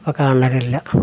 ഇപ്പം കാണലില്ലാ